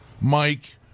Mike